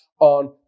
on